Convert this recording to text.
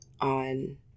on